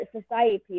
society